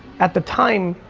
at the time,